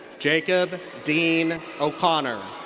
jacob dean o'connor.